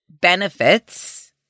benefits